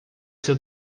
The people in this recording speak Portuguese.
seu